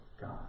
God